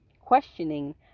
Questioning